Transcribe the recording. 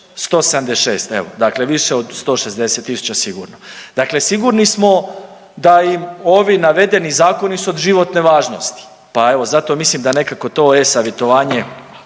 176 evo, dakle više od 160 tisuća sigurno. Dakle sigurni smo da im ovi navedeni zakoni su od životne važnosti, pa evo zato mislim da nekako to e-savjetovanje